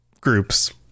groups